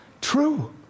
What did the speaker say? true